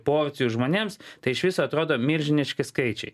porcijų žmonėms tai iš viso atrodo milžiniški skaičiai